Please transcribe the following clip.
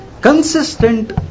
consistent